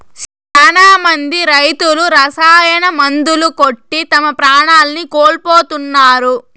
శ్యానా మంది రైతులు రసాయన మందులు కొట్టి తమ ప్రాణాల్ని కోల్పోతున్నారు